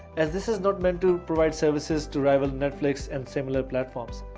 as this is not meant to provide services to rival netflix and similar platforms.